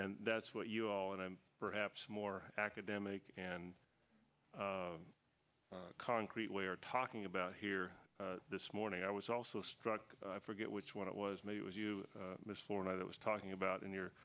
and that's what you all and i'm perhaps more academic and concrete where talking about here this morning i was also struck i forget which one it was maybe it was you miss florida that was talking about in your